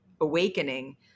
awakening